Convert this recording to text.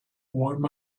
warm